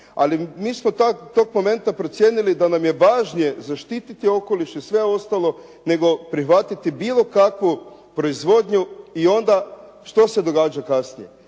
Ali mi smo toga momenta procijenili da nam je važnije zaštiti okoliš i sve ostalo, nego prihvatiti bilo kakvu proizvodnju i onda što se događa kasnije.